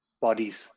bodies